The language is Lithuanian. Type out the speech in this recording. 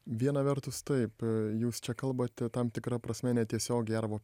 viena vertus taip jūs čia kalbate tam tikra prasme netiesiogiai arba